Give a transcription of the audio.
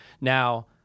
Now